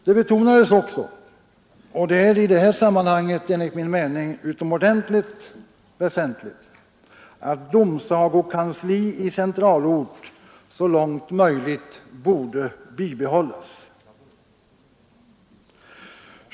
Det betonades också — och det är i detta sammanhang enligt min mening utomordentligt väsentligt — att domsagokansli i centralort så långt möjligt borde bibehållas.